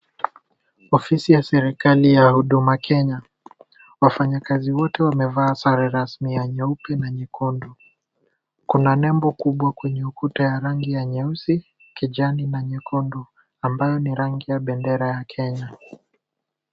Ofisi ya serikali ya huduma Kenya. Wafanyakazi wote wamevaa sare rasmi ya nyeupe na nyekundu. Kuna nembo kubwa kwenye ukuta ya rangi ya nyeusi, kijani na nyekundu ambayo ni rangi ya bendera ya kenya.